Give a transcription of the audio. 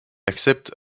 accepte